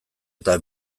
eta